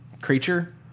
creature